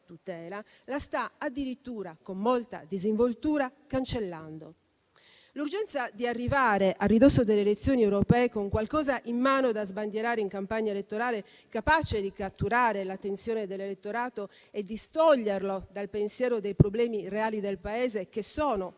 la previsione di questa tutela. Avete l'urgenza di arrivare a ridosso delle elezioni europee con qualcosa in mano da sbandierare in campagna elettorale, capace di catturare l'attenzione dell'elettorato e distoglierlo dal pensiero dei problemi reali del Paese, che sono